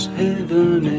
heaven